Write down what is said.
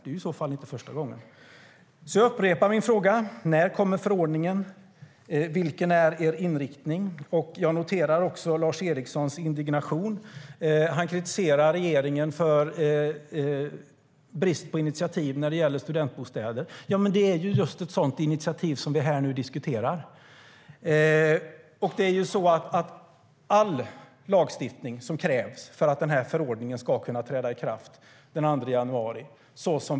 Det är i så fall inte första gången. Jag noterar också Lars Erikssons indignation. Han kritiserar regeringen för brist på initiativ när det gäller studentbostäder. Ja, men det är ju just ett sådant initiativ som vi nu diskuterar här! Den tidigare regeringen beräknade att denna förordning skulle kunna träda i kraft den 2 januari.